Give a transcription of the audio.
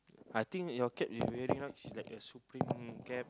I think that your cap is very nice it's like a Supreme cap